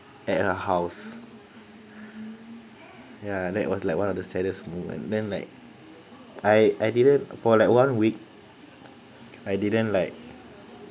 at her house ya that was like one of the saddest moment then like I I didn't for like one week I didn't like